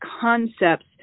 concepts